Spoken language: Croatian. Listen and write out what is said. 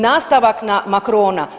Nastavak na Macrona.